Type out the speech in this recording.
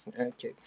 Okay